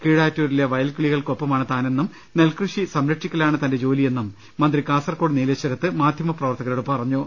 കീഴാറ്റൂരിലെ വയൽകിളി കൾക്കൊപ്പമാണ് താനെന്നും നെൽകൃഷി സംരക്ഷിക്കലാണ് തന്റെ ജോലിയെന്നും മന്ത്രി കാസർകോട് നീലേശ്വരത്ത് മാധ്യമപ്രവർത്തകരോട് പറഞ്ഞു